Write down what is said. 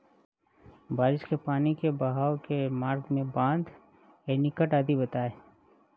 बारिश के पानी के बहाव के मार्ग में बाँध, एनीकट आदि बनाए